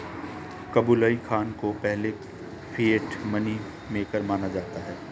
Kublai Khan को पहले fiat money maker माना जाता है